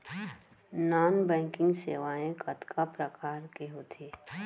non banking सेवाएं कतका प्रकार के होथे